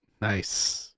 Nice